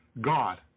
God